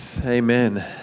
Amen